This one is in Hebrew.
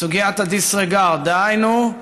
סוגיית ה-disregard, דהיינו,